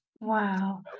Wow